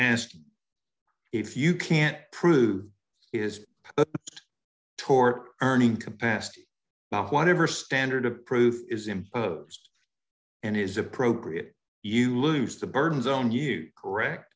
asked if you can't prove it is a tort earning capacity by whatever standard of proof is imposed and is appropriate you lose the burden zone you correct